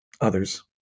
others